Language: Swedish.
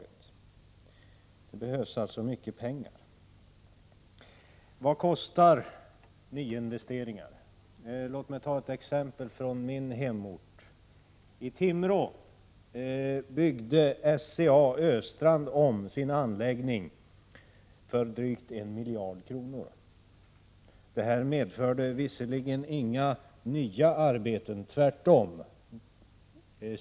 Det behövs alltså mycket pengar. Vad kostar nyinvesteringar? Låt mig ta ett exempel från min hemort. I Timrå byggde SCA-Östrand om sin anläggning för drygt 1 miljard kronor. Det medförde visserligen inga nya arbeten — tvärtom.